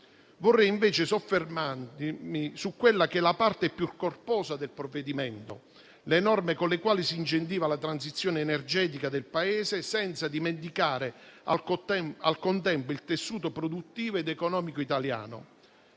Vorrei invece soffermandomi sulla parte più corposa del provvedimento, le norme con le quali si incentiva la transizione energetica del Paese, senza dimenticare, al contempo, il tessuto produttivo ed economico italiano,